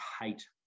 hate